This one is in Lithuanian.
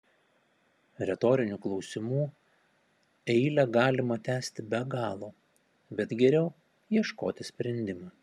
retorinių klausimų eilę galima tęsti be galo bet geriau ieškoti sprendimo